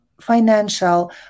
financial